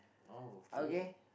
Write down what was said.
okay